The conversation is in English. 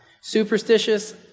Superstitious